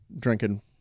drinking